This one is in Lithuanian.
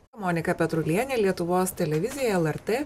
monika petrulienė lietuvos televizija lrt